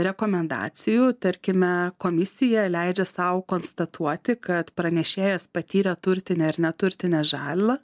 rekomendacijų tarkime komisija leidžia sau konstatuoti kad pranešėjas patyrė turtinę ir neturtinę žalą